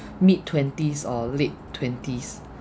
mid twenties or late twenties